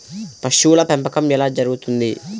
పశువుల పెంపకం ఎలా జరుగుతుంది?